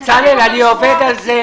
בצלאל, אני עובד על זה.